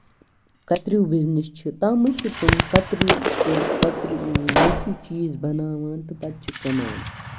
کَترٕو business چھُ تَمٕے چھِ تِم کَترو تہٕ کَتریو تہٕ میژِیو چیٖز بَناوان تہٕ پَتہٕ چھِ کٕنان